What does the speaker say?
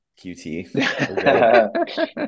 qt